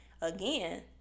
again